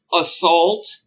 assault